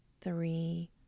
three